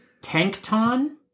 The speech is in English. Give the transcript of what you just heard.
Tankton